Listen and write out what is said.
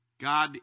God